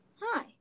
Hi